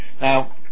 now